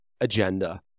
agenda